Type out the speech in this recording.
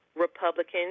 Republicans